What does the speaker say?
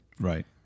Right